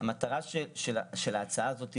המטרה של ההצעה הזאת,